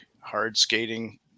hard-skating